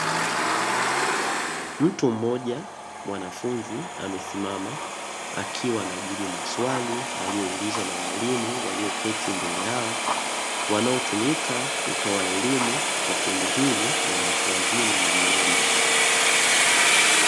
Mtu mmoja mwanafunzi amesimama akiwa anajibu maswali aliyoulizwa na walimu walioketi mbele yao, wanaotumika kutoa elimu kwa kundi hili la watu wazima waliomo ndani.